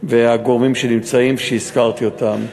והגורמים שנמצאים, שהזכרתי אותם.